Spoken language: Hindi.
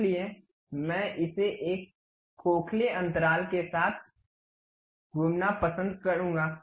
इसलिए मैं इसे एक खोखले अंतराल के साथ घूमना पसंद करूंगा